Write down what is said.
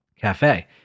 Cafe